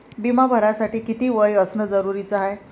बिमा भरासाठी किती वय असनं जरुरीच हाय?